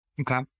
Okay